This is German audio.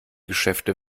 geschäfte